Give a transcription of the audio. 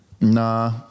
Nah